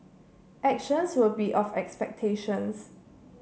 actions will be of expectations